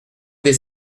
des